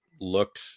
looked